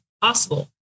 possible